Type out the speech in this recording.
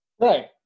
Right